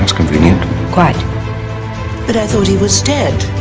convenient. but i thought he was dead.